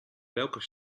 welke